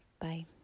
Bye